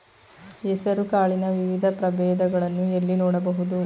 ಹೆಸರು ಕಾಳಿನ ವಿವಿಧ ಪ್ರಭೇದಗಳನ್ನು ಎಲ್ಲಿ ನೋಡಬಹುದು?